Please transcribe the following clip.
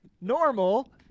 normal